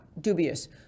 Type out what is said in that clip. Dubious